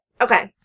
Okay